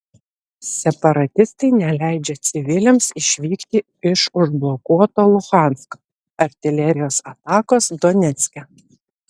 separatistai neleidžia civiliams išvykti iš užblokuoto luhansko artilerijos atakos donecke